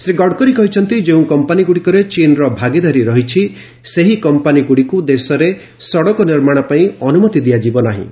ଶ୍ରୀ ଗଡକରୀ କହିଛନ୍ତି ଯେଉଁ କମ୍ପାନୀ ଗୁଡ଼ିକରେ ଚୀନ୍ର ଭାଗିଦାରୀ ରହିଛି ସେହି କମ୍ପାନୀ ଗୁଡ଼ିକୁ ଦେଶରେ ସଡ଼କ ନିର୍ମାଣ ପାଇଁ ଅନୁମତି ଦିଆଯିବ ନାହିଁ